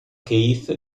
keith